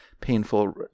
painful